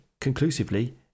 conclusively